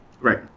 Right